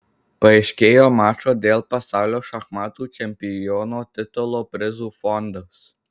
paaiškėjo mačo dėl pasaulio šachmatų čempiono titulo prizų fondas